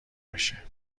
بشه